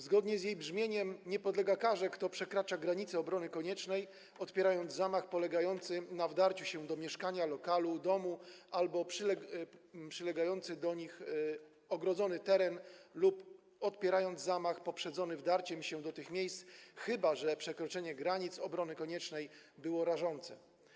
Zgodnie z jej brzmieniem nie podlega karze, kto przekracza granice obrony koniecznej, odpierając zamach polegający na wdarciu się do mieszkania, lokalu, domu albo na przylegający do nich ogrodzony teren lub odpierając zamach poprzedzony wdarciem się do tych miejsc, chyba że przekroczenie granic obrony koniecznej było rażące.